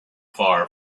far